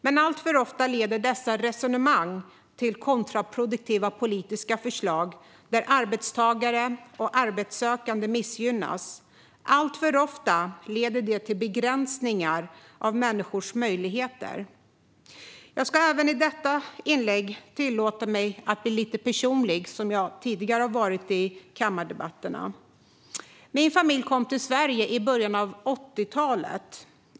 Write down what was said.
Men alltför ofta leder dessa resonemang till kontraproduktiva politiska förslag, där arbetstagare och arbetssökande missgynnas. Alltför ofta leder det till begränsningar av människors möjligheter. Jag ska även i detta inlägg tillåta mig att bli lite personlig, som jag tidigare har varit i kammardebatter. Min familj kom till Sverige i början av 80-talet.